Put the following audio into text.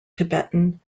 tibetan